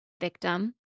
victim